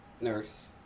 nurse